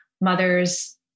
mothers